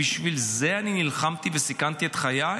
בשביל זה אני נלחמתי וסיכנתי את חיי,